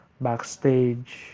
backstage